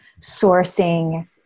sourcing